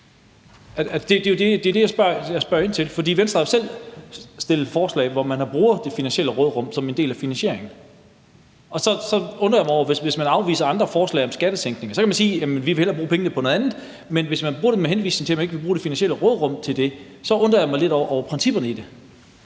det er jo det, jeg spørger ind til. For Venstre har jo selv stillet forslag, hvor man bruger det finansielle råderum som en del af finansieringen, og så undrer jeg mig over, at man afviser andre forslag, forslag om skattesænkninger. Man kan sige, at man hellere vil bruge pengene på noget andet, men hvis man siger det, med henvisning til at man ikke vil bruge det finansielle råderum til det, så undrer jeg mig lidt over principperne i det.